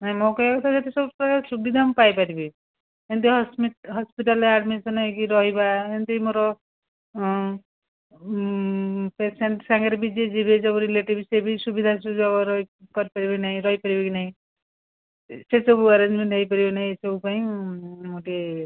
ନା ମୋ କହିବା କଥା ଯେତେ ସବୁପ୍ରକାର ସୁବିଧା ମୁଁ ପାଇପାରିବି ଯେମିତି ହସ୍ପିଟାଲରେ ଆଡ଼ମିସନ୍ ହେଇକି ରହିବା ଏମିତି ମୋର ପେସେଣ୍ଟ ସାଙ୍ଗରେ ବି ଯିଏ ଯିବେ ଯେଉଁ ରିଲେଟିଭ୍ ସେ ବି ସୁବିଧା ସୁଯୋଗରେ ରହି କରିପାରିବେ କି ନାହିଁ ରହିପାରିବେ କି ନାହିଁ ସେସବୁ ଆରେଞ୍ଜମେଣ୍ଟ ହେଇପାରିବ କି ନାହିଁ ଏସବୁ ପାଇଁ ମୁଁ ଟିକିଏ